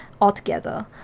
altogether